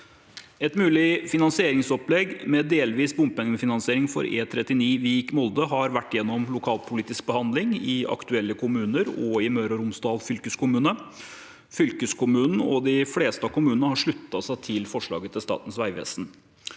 Et mulig finansieringsopplegg med delvis bompengefinansiering for E39 Vik–Molde har vært gjennom en lokalpolitisk behandling i aktuelle kommuner og i Møre og Romsdal fylkeskommune. Fylkeskommunen og de fleste av kommunene har sluttet seg til forslaget fra Statens vegvesen.